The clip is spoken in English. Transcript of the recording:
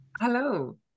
Hello